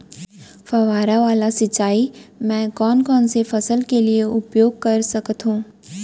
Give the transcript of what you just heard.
फवारा वाला सिंचाई मैं कोन कोन से फसल के लिए उपयोग कर सकथो?